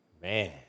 Man